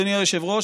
אדוני היושב-ראש,